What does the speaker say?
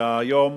שהיום,